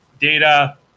Data